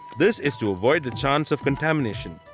this is to avoid the chance of contamination.